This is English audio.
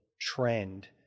trend